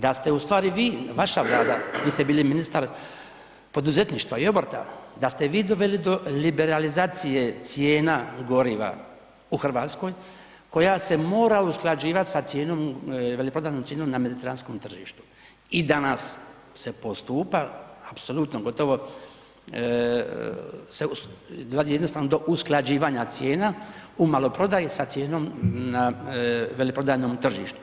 Da ste u stvari vi, vaša Vlada, vi ste bili ministar poduzetništva i obrta, da ste vi doveli do liberalizacije cijena goriva u Hrvatskoj koja se mora usklađivati sa cijenom veleprodajnom cijenom na mediteranskom tržištu i danas se postupa apsolutno, gotovo se radi jednostavno do usklađivanja cijena u maloprodaji sa cijenom veleprodajnom tržištu.